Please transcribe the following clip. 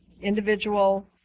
individual